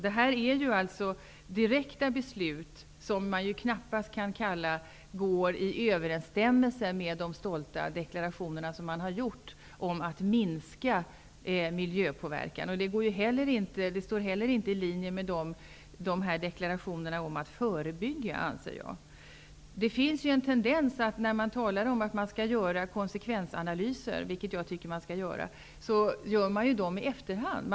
Detta är alltså direkta beslut som knappast står i överensstämmelse med de stolta deklarationer som har gjorts om att minska milöpåverkan. Besluten är inte heller i linje med deklarationerna om att förebygga miljöskador. När man talar om att göra konsekvensanalyser, vilka jag anser att man skall göra, finns det en tendens att göra dessa i efterhand.